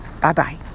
Bye-bye